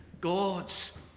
God's